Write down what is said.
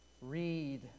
read